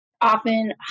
often